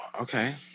okay